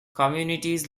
communities